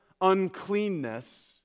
uncleanness